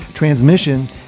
Transmission